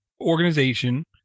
organization